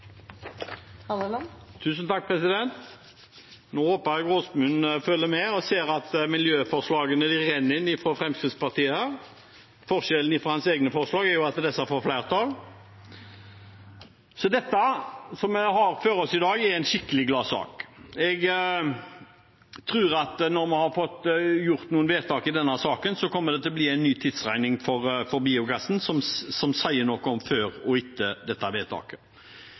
Nå håper jeg Åsmund følger med og ser at miljøforslagene renner inn fra Fremskrittspartiet her. Forskjellen fra hans egne forslag er at disse får flertall. Det som vi har foran oss i dag, er en skikkelig gladsak. Jeg tror at når vi har fått gjort noen vedtak i denne saken, kommer det til å bli en ny tidsregning for biogassen som sier noe om før og etter dette vedtaket.